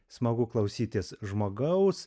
smagu klausytis žmogaus